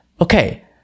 okay